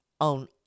on